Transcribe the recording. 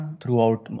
throughout